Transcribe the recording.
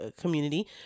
community